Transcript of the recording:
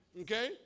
Okay